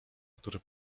który